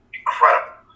incredible